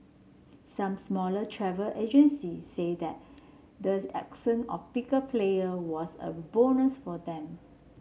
some smaller travel agency say that the absence of the bigger player was a bonus for them